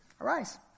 arise